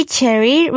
Cherry